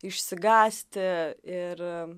išsigąsti ir